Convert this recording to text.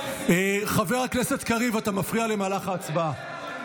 חבר הכנסת קריב, אתה מפריע למהלך ההצבעה.